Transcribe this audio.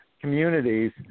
communities